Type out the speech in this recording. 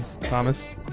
Thomas